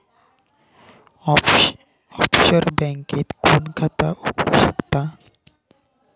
Offshore बँकेत कोण खाता उघडु शकता?